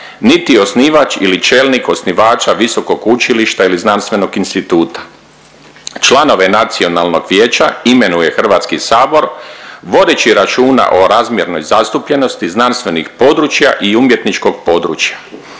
niti osnivač ili čelnik osnivača visokog učilišta ili znanstvenog instituta. Članove nacionalnog vijeća imenuje HS, vodeći računa o razmjernoj zastupljenosti znanstvenih područja i umjetničkog područja.